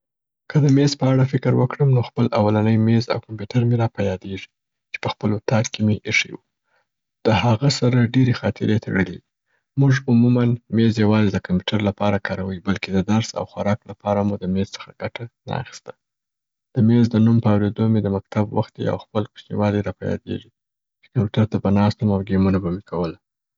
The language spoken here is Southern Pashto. که د میز په اړه فکر وکړم نو خپل اولنی میز او کمپیوټر می را په یادیږي چې په خپل اطاق کې مي ایښي وو. د هغه سره ډېرې خاطرې تړلي دي. موږ عموماً میز یوازي د کمپیوټر لپاره کاروی، بلکی د درس او خوراک لپاره مو د میز څخه ګټه نه اخیسته. د میز د نوم په اوریدو مي د مکتب وختي او خپل کوچنیوالی را په یادیږي چې کمپیوټر ته به ناست وم او ګیمونه به مي کول.